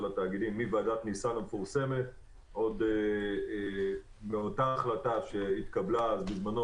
התאגידים: מוועדת ניסן המפורסמת עוד מאותה החלטה שהתקבלה בזמנו